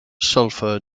sulfur